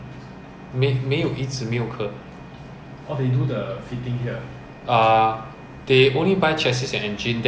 no people really sell a bus like a car like that where you come in here got seat got everything don't have because first of all import tax